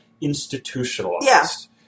institutionalized